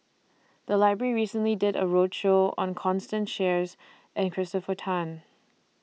The Library recently did A roadshow on Constance Sheares and Christopher Tan